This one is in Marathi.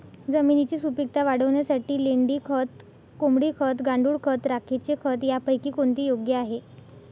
जमिनीची सुपिकता वाढवण्यासाठी लेंडी खत, कोंबडी खत, गांडूळ खत, राखेचे खत यापैकी कोणते योग्य आहे?